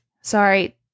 Sorry